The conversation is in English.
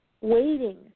waiting